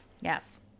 Yes